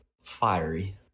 fiery